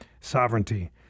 sovereignty